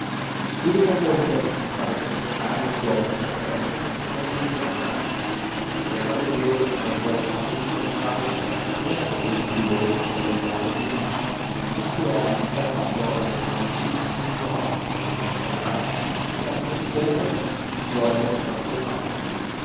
tudo concorria assim para lhe secarem os olhos depressa como vimos atrás se ela bebeu aquelas duas lágrimas solitárias pudera ter bebido outras pela idade adiante e isto é ainda uma prova daquele matiz espiritual mostrará assim que as tem poucas e engole as para poupá las